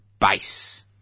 base